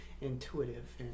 intuitive